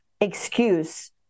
excuse